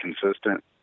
consistent